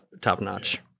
top-notch